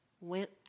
went